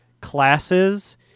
classes